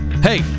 Hey